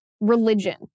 religion